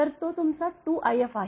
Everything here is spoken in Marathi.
तर तो तुमचा 2if आहे